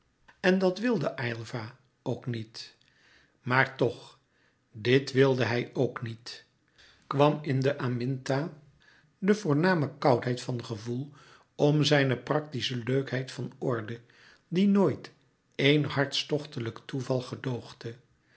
en dat wilde aylva ook niet maar toch dit wilde hij ook niet kwam in de aminta de voorname koudheid van gevoel om zijne practische leukheid van orde die nooit éen hartstochtelijk toeval gedoogde